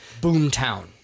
boomtown